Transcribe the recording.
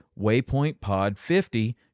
waypointpod50